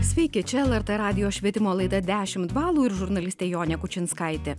sveiki čia lrt radijo švietimo laida dešimt balų ir žurnalistė jonė kučinskaitė